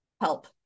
help